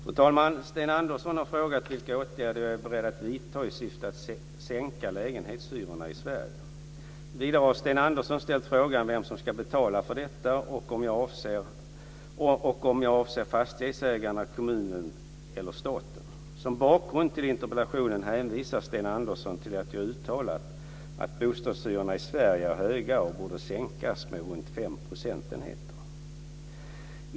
Fru talman! Sten Andersson har frågat vilka åtgärder jag är beredd att vidta i syfte att sänka lägenhetshyrorna i Sverige. Vidare har Sten Andersson ställt frågan vem som ska betala för detta och om jag avser fastighetsägarna, kommunerna eller staten. Som bakgrund till interpellationen hänvisar Sten Andersson till att jag uttalat att bostadshyrorna i Sverige är höga och borde sänkas med runt fem procentenheter.